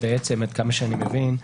עד כמה שאני מבין,